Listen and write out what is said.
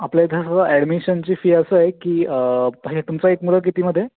आपल्या इथं ॲडमिशनची फी असं आहे की हे तुमचा एक मुलगा कितवीमध्ये आहे